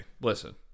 Listen